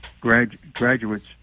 graduates